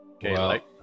Okay